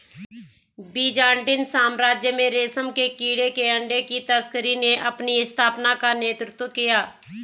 Byzantine साम्राज्य में रेशम के कीड़े के अंडे की तस्करी ने अपनी स्थापना का नेतृत्व किया